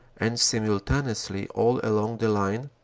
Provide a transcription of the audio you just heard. and simuhaneously all along the line,